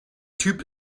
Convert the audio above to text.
typ